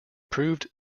proved